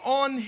on